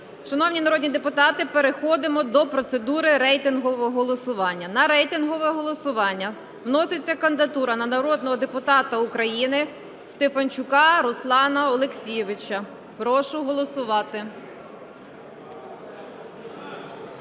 Шановні народні депутати, переходимо до процедури рейтингового голосування. На рейтингове голосування вноситься кандидатура народного депутата України Стефанчука Руслана Олексійовича. Прошу голосувати.